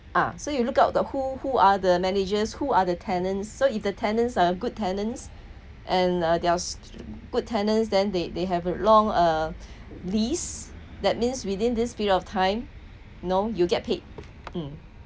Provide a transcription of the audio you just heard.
ah so you look out the who who are the managers who are the tenants so if the tenants are a good tenants and uh they're s~ good tenants then they they have a long uh list that means within this period of time know you'll get paid mm